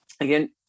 again